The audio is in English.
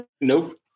Nope